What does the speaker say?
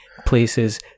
Places